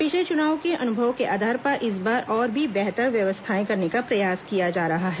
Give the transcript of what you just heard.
पिछले चुनावों के अनुभवों के आधार पर इस बार और भी बेहतर व्यवस्थाएं करने का प्रयास किया जा रहा है